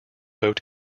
boat